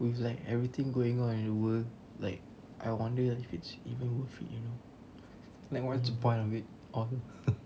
with like everything going on at work like I wonder if it's even worth it you know like what's the point of it all